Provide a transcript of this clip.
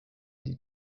die